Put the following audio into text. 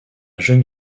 jeune